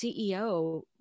CEO